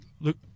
look